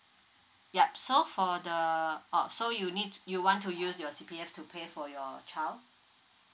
yup so for the oh so you need you want to use your C_P_F to pay for your child